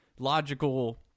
logical